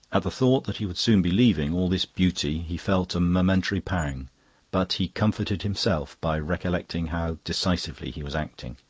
at the thought that he would soon be leaving all this beauty he felt a momentary pang but he comforted himself by recollecting how decisively he was acting.